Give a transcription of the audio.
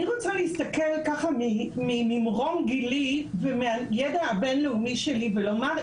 אני רוצה להסתכל ממרום גילי ומהידע הבין-לאומי שלי ולומר,